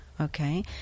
Okay